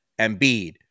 Embiid